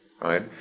right